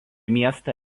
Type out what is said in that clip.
miestą